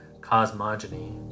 cosmogony